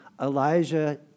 Elijah